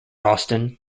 austin